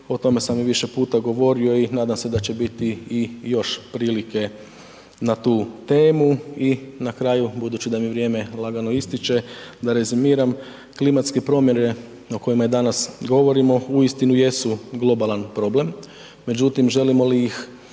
o tome sam i više puta govorio i nadam se da će biti i još prilike na tu temu. I na kraju, budući da mi vrijeme lagano ističe, da rezimiram, klimatske promjene o kojima danas govorimo uistinu jesu globalan problem. Međutim, želimo li ih